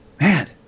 man